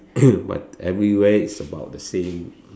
but everywhere is about the same